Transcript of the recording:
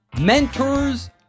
Mentors